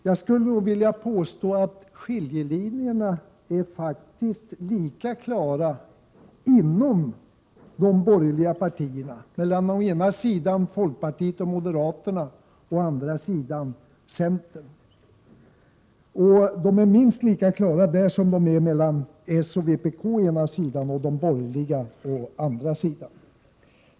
Jag skulle vilja påstå att skiljelinjerna faktiskt är lika klara inom de borgerliga partierna, mellan å ena sidan folkpartiet och moderaterna och å andra sidan centern.